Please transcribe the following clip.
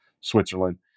Switzerland